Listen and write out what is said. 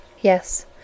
Yes